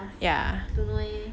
ya